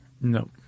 No